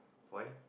why